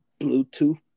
Bluetooth